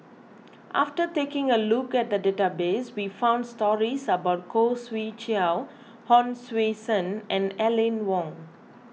after taking a look at the database we found stories about Khoo Swee Chiow Hon Sui Sen and Aline Wong